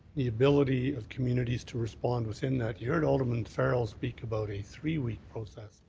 the ability of communities to respond within that. you heard alderman farrell speak about a three-week process